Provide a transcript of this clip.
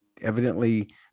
evidently